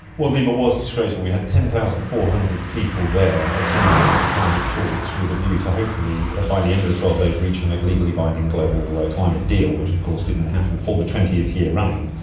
well, lima was disgraceful. we had ten thousand four hundred people there attending the climate talks with a view to hopefully by the end of the twelve days reaching a legally binding global climate deal, which of course didn't happen for the twentieth year running.